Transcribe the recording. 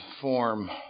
form